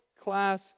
class